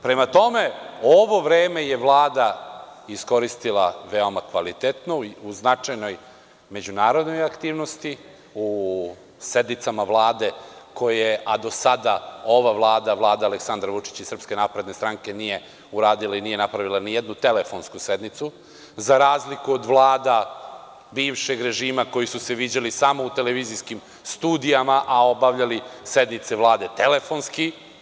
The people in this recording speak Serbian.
Prema tome, ovo vreme je Vlada iskoristila veoma kvalitetno u značajnoj međunarodnoj aktivnosti, u sednicama Vlade koje do sada ova Vlada, Vlada Aleksandra Vučića i SNS nije uradila i nije napravila nijednu telefonsku sednicu za razliku od Vlada bivšeg režima koji su se viđali samo u televizijskim studijama, a obavljali sednice Vlade telefonski.